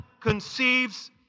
conceives